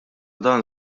dan